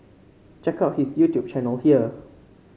check out his YouTube channel here